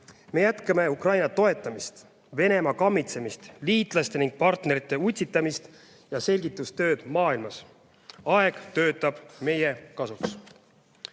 Me jätkame Ukraina toetamist, Venemaa kammitsemist, liitlaste ja partnerite utsitamist ning selgitustööd maailmas. Aeg töötab meie kasuks.